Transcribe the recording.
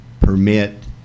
permit